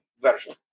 Version